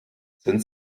sind